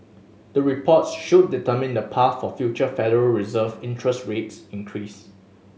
the reports should determine the path for future Federal Reserve interest rates increase